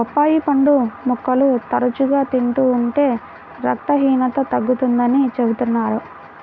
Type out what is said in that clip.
బొప్పాయి పండు ముక్కలు తరచుగా తింటూ ఉంటే రక్తహీనత తగ్గుతుందని చెబుతున్నారు